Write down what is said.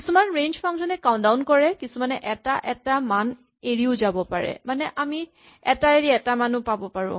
কিছুমান range function এ count down কৰে কিছুমানে এটা এটা মান এৰিও যাব পাৰে মানে আমি এটা এৰি এটা মান পাব পাৰো